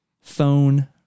phone